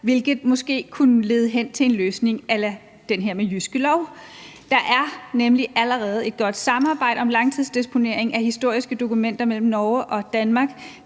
hvilket måske kunne lede hen til en løsning a la den her med Jyske Lov. Der er nemlig allerede et godt samarbejde om langtidsdeponering af historiske dokumenter mellem Norge og Danmark.